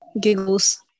Giggles